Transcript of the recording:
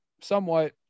somewhat